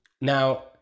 Now